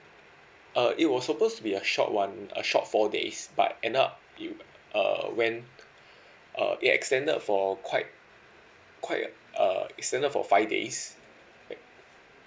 uh it was supposed to be a short one a short four days but end up we err when uh we extended for quite quite err extended for five days yup